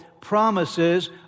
promises